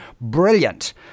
Brilliant